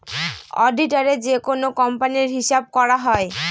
অডিটারে যেকোনো কোম্পানির হিসাব করা হয়